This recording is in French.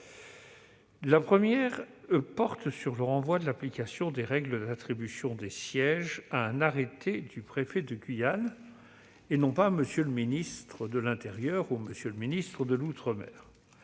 La première portait sur le renvoi de l'application des règles d'attribution des sièges à un arrêté du préfet de Guyane, et non de M. le ministre de l'intérieur ou de M. le ministre des outre-mer.